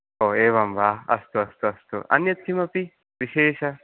ओ एवं वा अस्तु अस्तु अस्तु अन्यत् किमपि विशेष